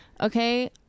okay